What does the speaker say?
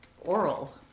oral